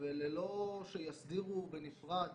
ללא שיסדירו בנפרד